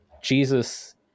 Jesus